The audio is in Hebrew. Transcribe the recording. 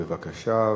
בבקשה,